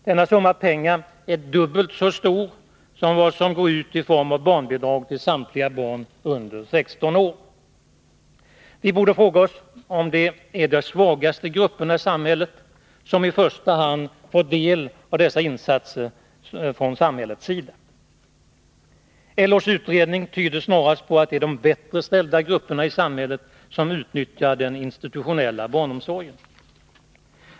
Denna summa pengar är dubbelt så stor som vad som går ut i form av barnbidrag till samtliga barn under 16 år. Vi borde fråga oss om det är de svagaste grupperna i samhället som i första hand får del av dessa insatser från samhällets sida. LO:s utredning tyder snarast på att det är de bättre ställda grupperna i samhället som utnyttjar den institutionella barnomsorgen.